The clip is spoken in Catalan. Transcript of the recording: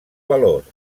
valors